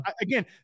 Again